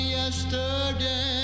yesterday